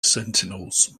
sentinels